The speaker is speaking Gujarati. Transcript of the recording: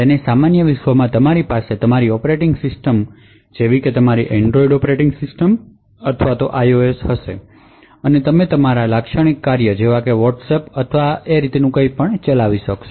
તેથી સામાન્ય વિશ્વમાં તમારી પાસે તમારી ઑપરેટિંગ સિસ્ટમ જેવી કે તમારી એનડ્રોઇડ ઑપરેટિંગ સિસ્ટમ અથવા આઇઓએસ હશે અને તમે તમારા લાક્ષણિક કાર્યો જેવાકે વોટ્સએપ અથવા કંઈપણ ચલાવી શકશો